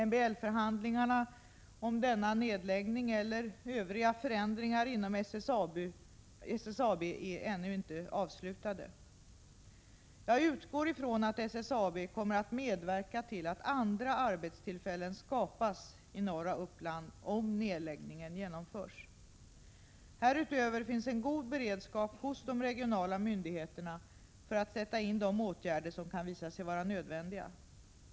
MBL-förhandlingarna om denna nedläggning eller övriga förändringar inom SSAB är ännu inte avslutade. Jag utgår från att SSAB kommer att medverka till att andra arbetstillfällen skapas i norra Uppland om nedläggningen genomförs. Härutöver finns en god beredskap hos de regionala myndighetena för att sätta in de åtgärder som kan visa sig vara nödvändiga.